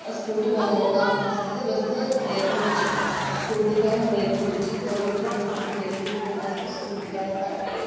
scooty പോകുന്നുണ്ടായിരുന്നു ആ ഫസ്റ്റത്തെ ബസ്സ് ബ്രേക്ക് പിടിച്ചു സ്കൂട്ടിക്കാരനും ബ്രേക്ക് പിടിച്ചു പുറകിലത്തെ ബസ്സ് ബ്രേക്ക് പിടികുമ്പോഴത്തേക്ക് സ്കൂട്ടിക്കാരനെ ത ഈ